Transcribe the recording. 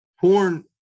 porn